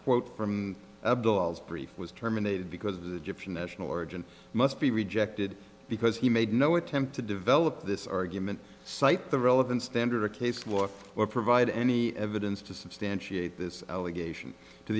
quote from brief was terminated because gyptian national origin must be rejected because he made no attempt to develop this argument cite the relevant standard a case worker or provide any evidence to substantiate this allegation to